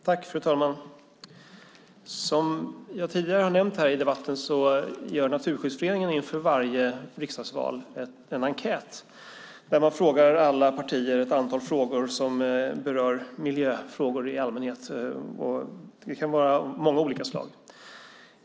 Fru talman! Som jag tidigare har nämnt i debatten gör Naturskyddsföreningen inför varje riksdagsval en enkät, där man till alla partier ställer ett antal frågor som berör miljön i allmänhet. De kan vara av många olika slag.